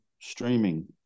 streaming